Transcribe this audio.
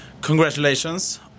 Congratulations